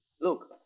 Look